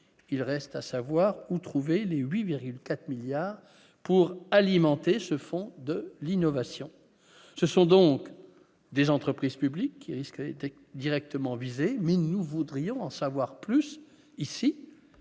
il reste à savoir où trouver l'et 8,4 milliards pour alimenter ce fonds de l'innovation, ce sont donc des entreprises publiques qui risque était directement visé, nous voudrions en savoir plus, ici,